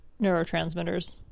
neurotransmitters